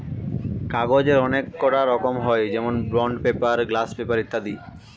কাগজের অনেককটা রকম হয় যেমন বন্ড পেপার, গ্লাস পেপার ইত্যাদি